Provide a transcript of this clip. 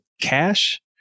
cash